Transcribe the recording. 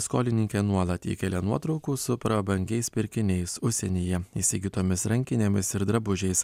skolininkė nuolat įkelia nuotraukų su prabangiais pirkiniais užsienyje įsigytomis rankinėmis ir drabužiais